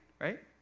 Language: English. right